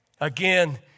Again